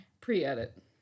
Pre-edit